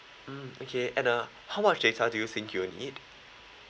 mm okay and uh how much data do you think you will need